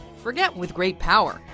forget with great power,